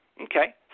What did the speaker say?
Okay